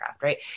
right